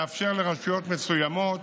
לאפשר לרשויות מסוימות